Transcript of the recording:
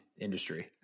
industry